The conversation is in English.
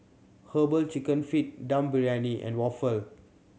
Herbal Chicken Feet Dum Briyani and waffle